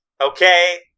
Okay